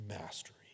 mastery